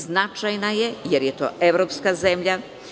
Značajna je jer je to evropska zemlja.